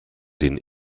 den